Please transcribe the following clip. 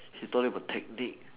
he taught him a technique